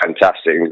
fantastic